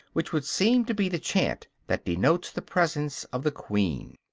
which would seem to be the chant that denotes the presence of the queen.